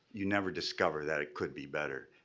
you never discover that it could be better.